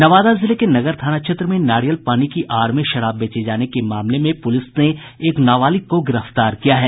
नवादा जिले के नगर थाना क्षेत्र में नारियल पानी की आड़ में शराब बेचे जाने के मामले में पुलिस ने एक नाबालिग को गिरफ्तार किया है